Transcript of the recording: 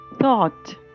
thought